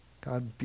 God